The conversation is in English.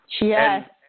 Yes